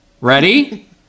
Ready